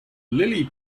lily